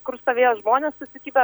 kur stovėjo žmonės susikibę